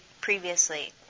previously